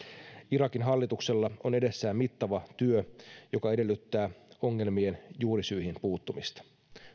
irakin hallituksella on edessään mittava työ joka edellyttää ongelmien juurisyihin puuttumista